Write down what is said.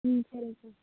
ம் சரிங்க்கா